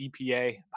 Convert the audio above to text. EPA